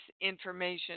information